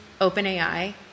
OpenAI